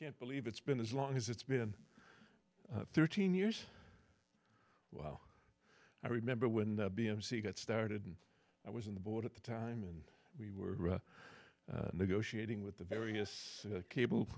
can't believe it's been as long as it's been thirteen years well i remember when the b m c got started and i was in the board at the time and we were negotiating with the various cable